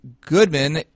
Goodman